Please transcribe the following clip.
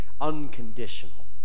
unconditional